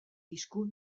disko